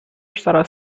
estará